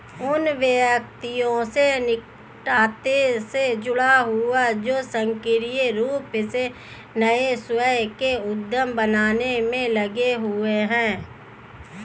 उन व्यक्तियों से निकटता से जुड़ा हुआ है जो सक्रिय रूप से नए स्वयं के उद्यम बनाने में लगे हुए हैं